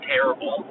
Terrible